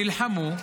נלחמו,